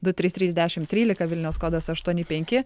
du trys trys dešimt trylika vilniaus kodas aštuoni penki